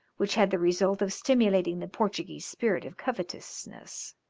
which had the result of stimulating the portuguese spirit of covetousness